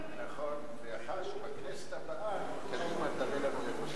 בכנסת הבאה קדימה תראי לנו איך עושים את הדברים.